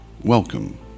welcome